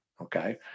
okay